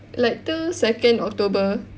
like till second October